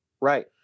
Right